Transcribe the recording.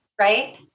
Right